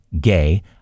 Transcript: gay